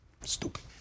Stupid